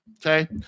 Okay